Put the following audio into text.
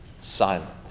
silent